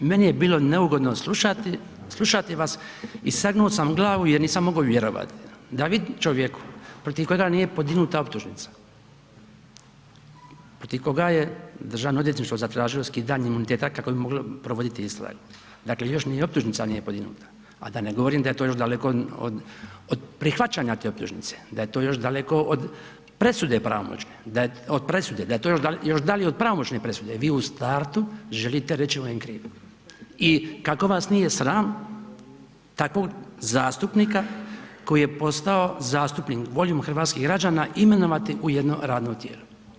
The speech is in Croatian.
Meni je bilo neugodno slušati vas i sagnuo sam glavu jer nisam mogao vjerovati da vi čovjeku protiv kojega nije podignuta optužnica, protiv koga je državno odvjetništvo zatražilo skidanje imuniteta kako bi moglo provoditi istragu, dakle još ni optužnica nije podignuta, a da ne govorim da je to još daleko od prihvaćanja te optužnice, da je to još daleko od presude pravomoćne, od presude, da je to još dalje od pravomoćne presude, vi u startu želite reći on je kriv i kako vas nije sram takvog zastupnika koji je postao zastupnik voljom hrvatskih građana imenovati u jedno radno tijelo.